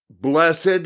blessed